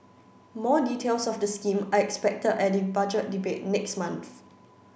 more details of the scheme are expected at the Budget Debate next month